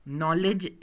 knowledge